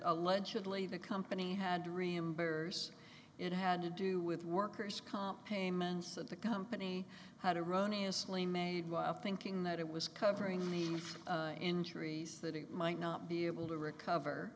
allegedly the company had remembers it had to do with worker's comp payments that the company how to run is slim made while thinking that it was covering the injuries that it might not be able to recover